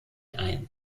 ein